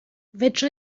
fedra